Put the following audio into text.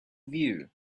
view